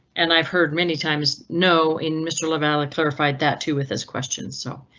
and i've heard many times no in mr lavalley clarified that too with his question so.